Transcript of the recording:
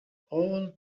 all